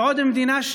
ועוד מדינה,